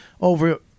over